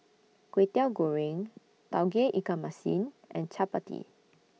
Kwetiau Goreng Tauge Ikan Masin and Chappati